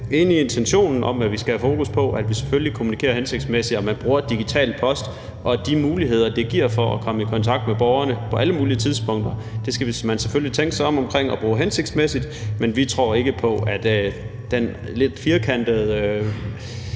enige i intentionen om, at vi skal have fokus på, at vi selvfølgelig kommunikerer hensigtsmæssigt, og at man bruger digital post og de muligheder, det giver for at komme i kontakt med borgerne på alle mulige tidspunkter, hensigtsmæssigt. Man skal selvfølgelig tænke sig om og bruge det hensigtsmæssigt, men vi tror ikke på, at den lidt firkantede